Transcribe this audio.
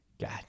God